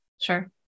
Sure